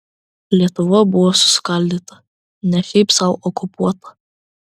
lietuva buvo suskaldyta ne šiaip sau okupuota